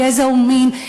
גזע ומין,